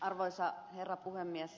arvoisa herra puhemies